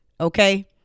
Okay